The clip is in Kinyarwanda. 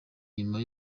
nyuma